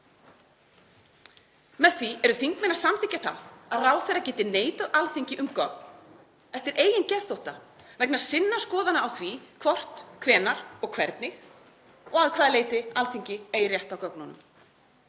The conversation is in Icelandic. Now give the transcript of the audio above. Með því eru þingmenn að samþykkja það að ráðherra geti neitað Alþingi um gögn eftir eigin geðþótta vegna sinna skoðana á því hvort, hvenær, hvernig og að hvaða leyti Alþingi eigi rétt á gögnunum.